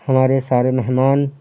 ہمارے سارے مہمان